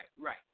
right